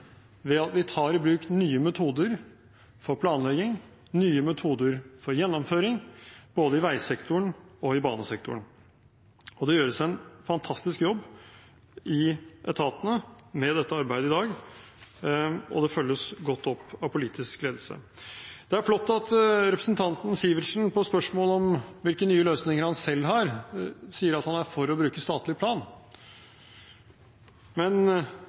ved at vi tar i bruk nye metoder for planlegging og nye metoder for gjennomføring, både i veisektoren og i banesektoren. Det gjøres en fantastisk jobb i etatene med dette arbeidet i dag, og det følges godt opp av politisk ledelse. Det er flott at representanten Sivertsen på spørsmål om hvilke nye løsninger han selv har, sier at han er for å bruke statlig plan. Men